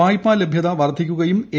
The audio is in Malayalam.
വായ്പാ ലഭ്യത വർദ്ധിക്കുകയും ്ല എ